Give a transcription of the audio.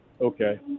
Okay